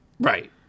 Right